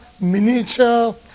miniature